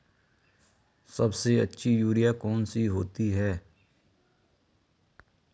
सबसे अच्छी यूरिया कौन सी होती है?